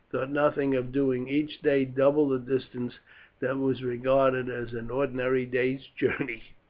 nothing of doing each day double the distance that was regarded as an ordinary day's journey.